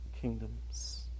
kingdoms